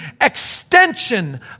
extension